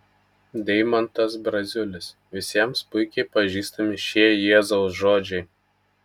deimantas braziulis visiems puikiai pažįstami šie jėzaus žodžiai